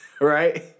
Right